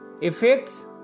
effects